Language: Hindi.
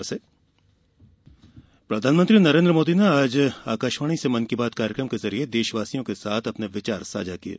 मन की बात प्रधानमंत्री नरेन्द्र मोदी ने आज आकाशवाणी से मन की बात कार्यक्रम के जरिए देशवासियों के साथ अपने विचार साझा किये